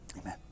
Amen